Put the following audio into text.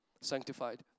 sanctified